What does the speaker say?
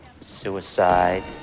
Suicide